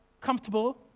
comfortable